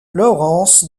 lawrence